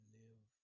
live